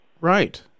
Right